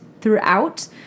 throughout